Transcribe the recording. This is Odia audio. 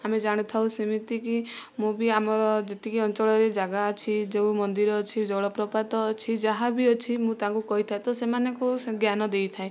ଆମେ ଜାଣିଥାଉ ସେମିତି କି ମୁଁ ବି ଆମର ଯେତିକି ଅଞ୍ଚଳରେ ଯାଗା ଅଛି ଯେଉଁ ମନ୍ଦିର ଅଛି ଜଳପ୍ରପାତ ଅଛି ଯାହାବି ଅଛି ମୁଁ ତାଙ୍କୁ କହିଥାଏ ସେମାନଙ୍କୁ ଜ୍ଞାନ ଦେଇଥାଏ